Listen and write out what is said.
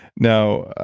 now,